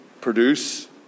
produce